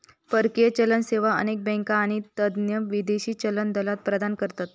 परकीय चलन सेवा अनेक बँका आणि तज्ञ विदेशी चलन दलाल प्रदान करतत